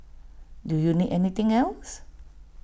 do you need anything else